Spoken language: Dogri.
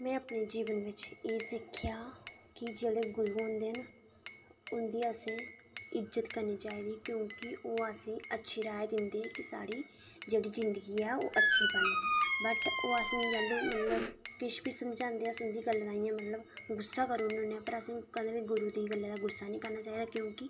में अपने जीवन बिच एह् सिक्खेआ कि जेह्ड़े गुरु होंदे न उं'दी असें इज्जत करनी चाहिदी की के ओह् असें गी अच्छी राय दिंदे कि साढ़ी जेह्ड़ी जिंदगी ऐ ओह् अच्छी बने बट ओह् असें गी जैह्लूं मतलब किश बी समझांदे अस गुस्सा करी ओड़ने पर असें गी गुरु दी गल्लै दा गुस्सा निं करना चाहिदा क्योंकि